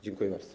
Dziękuję bardzo.